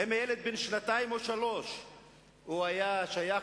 האם הילד בן השנתיים או שלוש היה שייך